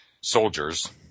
soldiers